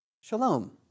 Shalom